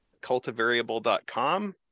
cultivariable.com